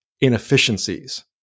inefficiencies